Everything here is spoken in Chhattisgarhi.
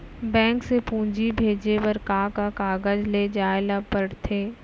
बैंक से पूंजी भेजे बर का का कागज ले जाये ल पड़थे?